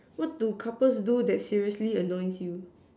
what do couple do that seriously annoys you